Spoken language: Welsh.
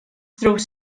ddrws